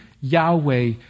Yahweh